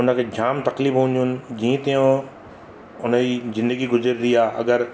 उन खे झाम तक़लीफ़ हूंदी आहिनि जीअं तीअं हुन जी ज़िंदगी गुज़रंदी अगरि